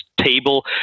table